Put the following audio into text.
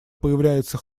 появляется